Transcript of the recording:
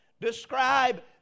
describe